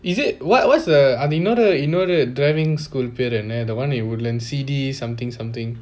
is it what what's the அது இன்னொரு இன்னொரு:athu innoru innoru driving school பெயரு என்ன:paeru enna the one in woodlands C_D something something